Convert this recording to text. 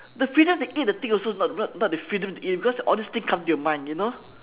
the freedom to eat the thing also not not not the freedom to eat it because all these things come to your mind you know